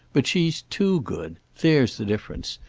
but she's too good. there's the difference.